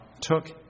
took